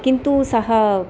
किन्तु सः